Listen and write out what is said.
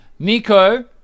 Nico